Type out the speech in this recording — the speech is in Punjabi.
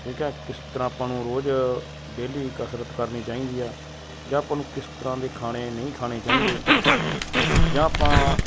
ਠੀਕ ਹੈ ਕਿਸ ਤਰ੍ਹਾਂ ਆਪਾਂ ਨੂੰ ਰੋਜ਼ ਡੇਲੀ ਕਸਰਤ ਕਰਨੀ ਚਾਹੀਦੀ ਆ ਜਾਂ ਆਪਾਂ ਨੂੰ ਕਿਸ ਤਰ੍ਹਾਂ ਦੇ ਖਾਣੇ ਨਹੀਂ ਖਾਣੇ ਚਾਹੀਦੇ ਜਾਂ ਆਪਾਂ